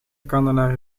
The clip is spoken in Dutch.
kandelaar